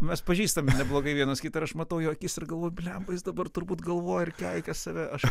mes pažįstame neblogai vienas kitą ir aš matau jo akis ir galvoju blemba jis dabar turbūt galvoja ir keikia save aš